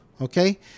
Okay